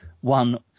one